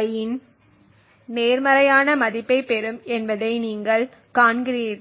I இன் நேர்மறையான மதிப்பைப் பெறும் என்பதை நீங்கள் காண்கிறீர்கள்